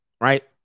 right